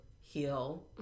heal